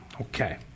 Okay